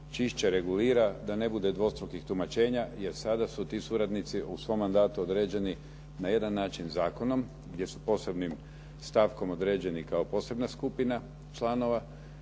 čišće regulira da ne bude dvostrukih tumačenja, jer sada su ti suradnici u svom mandatu određeni na jedan način zakonom, gdje su posebnim stavkom određeni kao posebna skupina članova